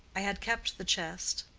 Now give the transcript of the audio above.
i had kept the chest,